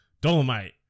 Dolomite